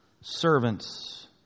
Servants